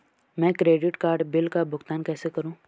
मैं credit card bill का भुगतान कैसे करूं?